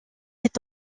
est